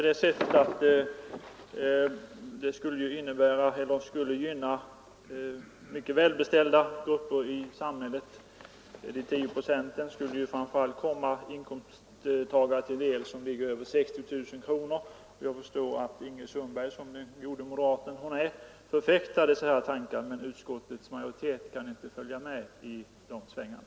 Detta skulle gynna mycket välbeställda grupper i samhället; de 10 procenten skulle framför allt komma inkomsttagare till del som har inkomster över 60 000 kronor. Jag förstår att Ingrid Sundberg, som den goda moderat hon är, förfäktar dessa tankar, men utskottets majoritet kan inte följa med i de svängarna.